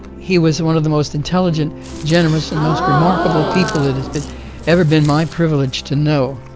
he was one of the most intelligent generous and most remarkable people that has been ever been my privilege to know.